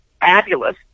Fabulous